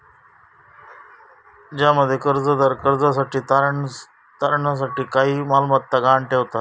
ज्यामध्ये कर्जदार कर्जासाठी तारणा साठी काही मालमत्ता गहाण ठेवता